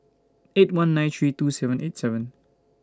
eight one nine three two seven eight seven